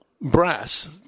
brass